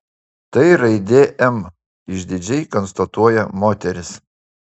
tai raidė m išdidžiai konstatuoja moteris